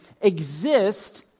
exist